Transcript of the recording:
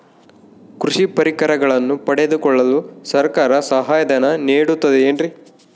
ಕೃಷಿ ಪರಿಕರಗಳನ್ನು ಪಡೆದುಕೊಳ್ಳಲು ಸರ್ಕಾರ ಸಹಾಯಧನ ನೇಡುತ್ತದೆ ಏನ್ರಿ?